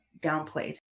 downplayed